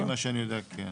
לפי מה שאני יודע, כן.